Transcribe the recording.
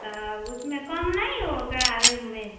तो उसमें कम नहीं होगा रोहू में